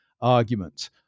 argument